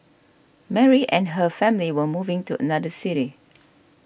Mary and her family were moving to another city